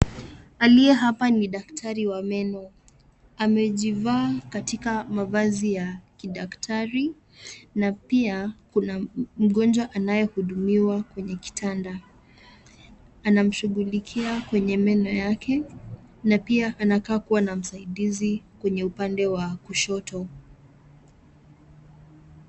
Aliye hapa ni daktari wa meno, amejivaa katika mavazi ya kidaktari na pia kuna mgonjwa anayehudumiwa kwenye kitanda, anamshughulikia kwenye meno yake na pia anakaa kuwa na msaidizi kwenye upande wa kushoto.